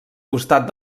costat